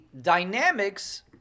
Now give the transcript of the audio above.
dynamics